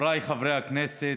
חבריי חברי הכנסת,